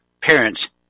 parents